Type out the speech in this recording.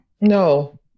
no